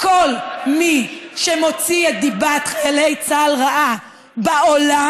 כל מי שמוציא את דיבת חיילי צה"ל רעה בעולם,